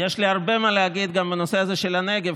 יש לי הרבה מה להגיד גם בנושא הזה של הנגב,